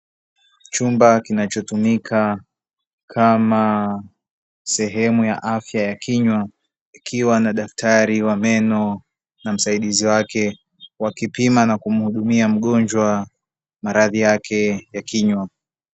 Chumba kinachotumika kama sehemu ya afya ya kinywa ikiwa na daktari wa meno na msaidizi wake, wakipima na kumhudumia mgonjwa maradhi yake ya kinywa.